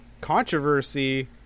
controversy